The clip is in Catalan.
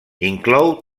inclou